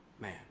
man